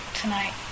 tonight